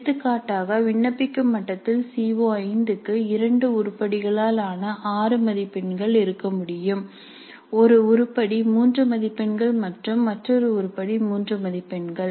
எடுத்துக்காட்டாக விண்ணப்பிக்கும் மட்டத்தில் சி ஓ5 க்கு இரண்டு உருப்படிகளால் ஆன 6 மதிப்பெண்கள் இருக்க வேண்டும் ஒரு உருப்படி 3 மதிப்பெண்கள் மற்றும் மற்றொரு உருப்படி 3 மதிப்பெண்கள்